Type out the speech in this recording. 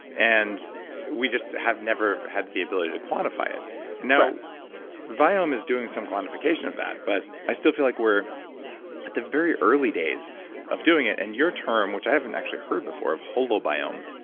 and we just have never had the ability to quantify it correct and now viome is doing some quantification of that, but i still feel like we're at the very early days of doing it. and your term, which i haven't actually heard before, of holobiome